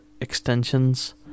extensions